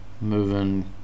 moving